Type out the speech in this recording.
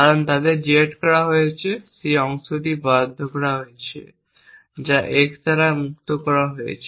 কারণ তাদের z করা হয়েছে সেই অংশটি বরাদ্দ করা হয়েছে যা x দ্বারা মুক্ত করা হয়েছে